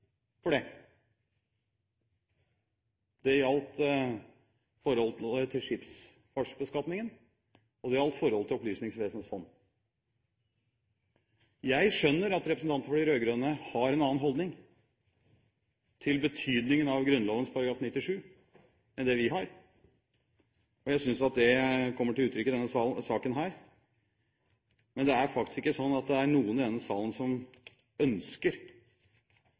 for det. Det gjaldt forholdet til skipsfartsbeskatningen, og det gjaldt forholdet til Opplysningsvesenets fond. Jeg skjønner at representanter for de rød-grønne har en annen holdning til betydningen av Grunnloven § 97 enn det vi har, og jeg synes det kommer til uttrykk i denne saken. Men det er faktisk ikke sånn at det er noen i denne salen som ønsker